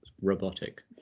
robotic